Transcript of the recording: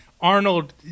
Arnold